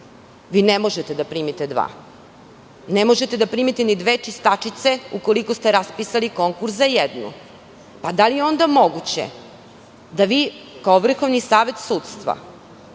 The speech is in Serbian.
vi ne možete da primite dva. Ne možete da primite ni dve čistačice, ukoliko ste raspisali konkurs za jednu. Da li je onda moguće da vi kao Vrhovni savet sudstva